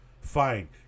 Fine